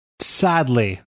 Sadly